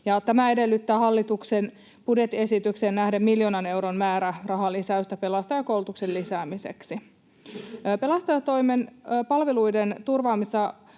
Tämä edellyttää hallituksen budjettiesitykseen nähden miljoonan euron määrärahalisäystä pelastajakoulutuksen lisäämiseksi. Pelastustoimen palveluiden turvaamisessa